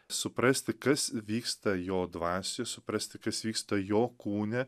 suprasti kas vyksta jo dvasio suprasti kas vyksta jo kūne